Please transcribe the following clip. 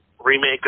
remake